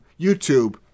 YouTube